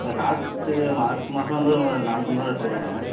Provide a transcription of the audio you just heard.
sir last March மாசம் வந்து நானூற்றம்பது ருபா எடுத்துருக்காங்க